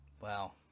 Wow